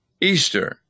Easter